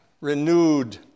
renewed